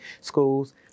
schools